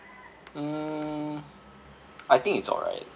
mm I think it's alright